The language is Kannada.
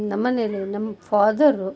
ನಮ್ಮಮನೇಲಿ ನಮ್ಮ ಫಾದರು